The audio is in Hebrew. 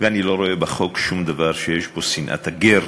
ואני לא רואה בחוק שום דבר שיש בו שנאת הגר.